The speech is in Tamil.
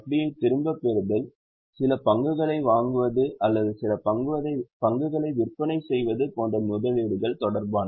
யை திரும்பப் பெறுதல் சில பங்குகளை வாங்குவது அல்லது சில பங்குகளை விற்பனை செய்வது போன்ற முதலீடுகள் தொடர்பானவை